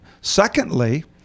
Secondly